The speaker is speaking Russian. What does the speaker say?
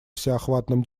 всеохватном